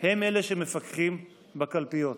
הם שמפקחים בקלפיות.